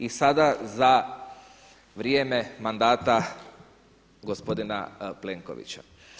I sada za vrijeme mandata gospodina Plenkovića.